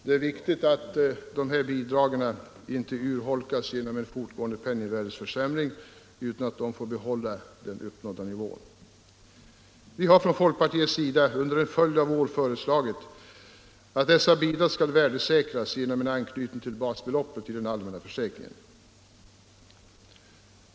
Det är viktigt att dessa bidrag inte urholkas genom en fortgående penningvärdeförsämring utan får behålla den uppnådda nivån..Vi har från folkpartiet under en följd av år föreslagit att dessa bidrag skall värdesäkras genom en anknytning till basbeloppet i den allmänna försäkringen.